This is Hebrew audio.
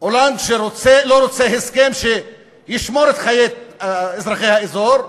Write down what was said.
הולנד שלא רוצה הסכם שישמור על חיי אזרחי האזור,